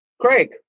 Craig